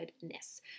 goodness